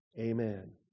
Amen